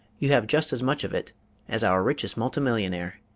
you have just as much of it as our richest multimillionaire.